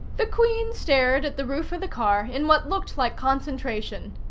the queen stared at the roof of the car in what looked like concentration.